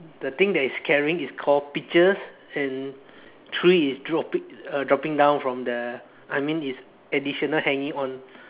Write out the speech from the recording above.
the thing that he's carrying is called peaches and three is dropping uh dropping down from the I mean is additional hanging on